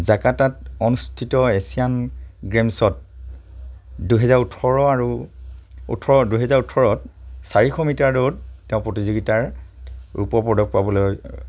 জাকাৰ্টাত অনুষ্ঠিত Asian games দুহেজাৰ ওঠৰত চাৰিশ মিটাৰ দৌৰত তেওঁ প্ৰতিযোগিতাৰ ৰূপৰ পদক পাবলৈ